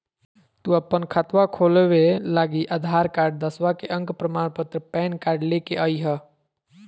तू अपन खतवा खोलवे लागी आधार कार्ड, दसवां के अक प्रमाण पत्र, पैन कार्ड ले के अइह